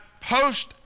post